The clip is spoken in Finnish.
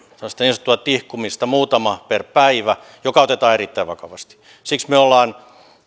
tämmöistä niin sanottua tihkumista muutama per päivä joka otetaan erittäin vakavasti siksi me olemme